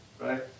right